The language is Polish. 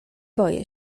boję